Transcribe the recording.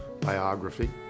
biography